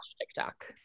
TikTok